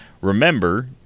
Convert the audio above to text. remember